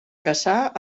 caçar